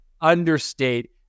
understate